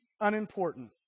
unimportant